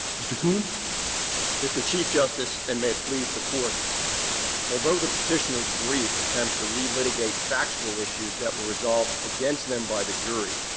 mr. cooney. cooney mr. chief justice, and may it please the court although the petitioner's brief attempts to relitigate factual issues that were resolved against them by the jury,